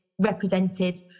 represented